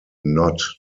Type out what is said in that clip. not